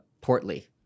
portly